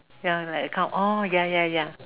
ya like a cow oh ya ya ya